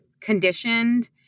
conditioned